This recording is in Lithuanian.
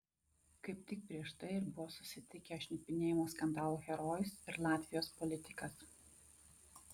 kaip tik prieš tai ir buvo susitikę šnipinėjimo skandalų herojus ir latvijos politikas